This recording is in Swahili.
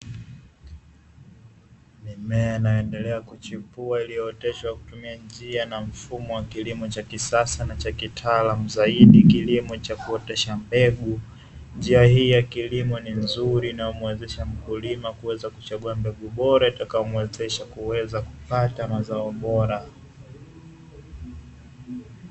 Mimea inayoendelea kuchipua iliyooteshwa kutumia njia na mfumo wa kilimo cha kisasa na cha kitaalamu zaidi, kilimo cha kuotesha mbegu, njia hii ya kilimo ni nzuri inayomwezesha mkulima kuweza kuchagua mbegu bora itakayomwezesha kuweza kupata mazao bora.